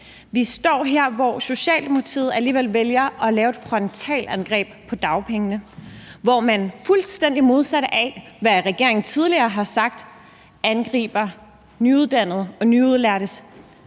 Vi står her, hvor Socialdemokratiet alligevel vælger at lave et frontalangreb på dagpengene, hvor man fuldstændig modsat af, hvad regeringen tidligere har sagt, angriber nyuddannede og nyudlærtes